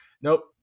nope